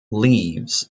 leaves